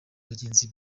bagenzi